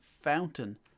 fountain